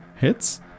hits